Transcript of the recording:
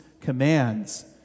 commands